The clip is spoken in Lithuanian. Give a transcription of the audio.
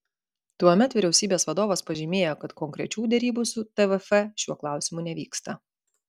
tuomet vyriausybės vadovas pažymėjo kad konkrečių derybų su tvf šiuo klausimu nevyksta